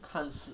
看是